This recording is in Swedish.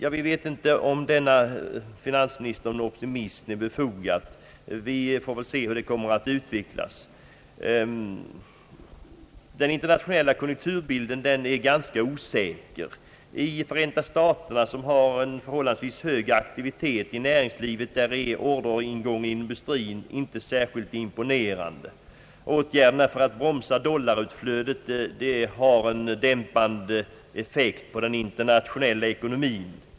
Vi vet inte om finansministerns optimism är befogad. Det får utvecklingen visa. Den internationella konjunkturbilden är tämligen oskarp. I Förenta staterna som har en förhållandevis hög aktivitet i näringslivet, är orderingången till industrin inte särskilt imponerande. Åtgärderna för att bromsa dollarutflödet har en dämpande effekt på den internationella ekonomin.